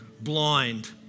blind